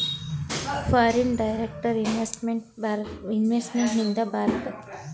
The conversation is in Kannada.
ಫಾರಿನ್ ಡೈರೆಕ್ಟ್ ಇನ್ವೆಸ್ತ್ಮೆಂಟ್ನಿಂದ ಭಾರತದಲ್ಲಿ ಉದ್ಯೋಗ ಸೃಷ್ಟಿ ಹೆಚ್ಚಾಗುತ್ತದೆ ಅಂತ ಪಿ.ಎಂ ಹೇಳಿದ್ರು